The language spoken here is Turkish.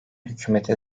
hükümeti